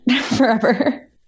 forever